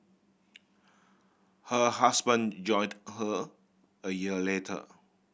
her husband joined her a year later